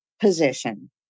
position